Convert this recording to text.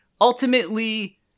ultimately